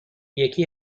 یکی